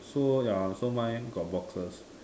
so ya so mine got boxes